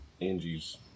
Angie's